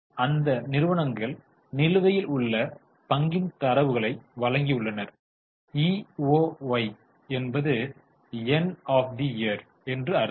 அந்த நிறுவனங்கள் நிலுவையில் உள்ள பங்கின் தரவுகளை வழங்கியுள்ளனர் e o y என்பது எண்ட் ஆஃப் தி இயர் என்று அர்த்தம்